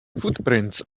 footprints